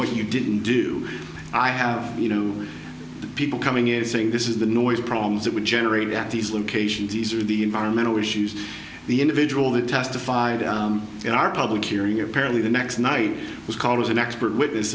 what you didn't do i have you know people coming in saying this is the noise problems that we generate at these locations these are the environmental issues the individual that testified in our public hearing apparently the next night was called as an expert witness